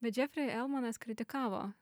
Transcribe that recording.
bet džefri elmonas kritikavo